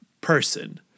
person